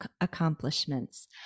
accomplishments